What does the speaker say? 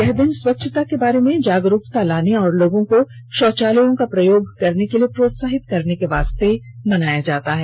यह दिन स्वच्छता के बारे में जागरूकता लाने और लोगों को शौचालयों का प्रयोग करने के लिए प्रोत्साहित करने के लिए मनाया जाता है